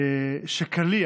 שקליע